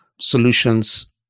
solutions